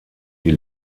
die